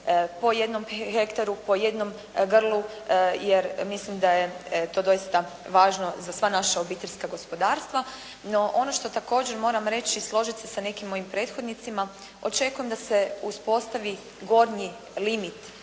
po jednom hektaru, po jednom grlu jer mislim da je to doista važno za sva naša obiteljska gospodarstva. No, ono što također moram reći i složit se sa nekim mojim prethodnicima, očekujem da se uspostavi gornji limit